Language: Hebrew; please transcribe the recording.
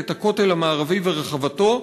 את הכותל המערבי ורחבתו,